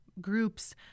groups